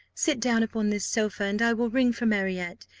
sit down upon this sofa, and i will ring for marriott,